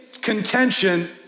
contention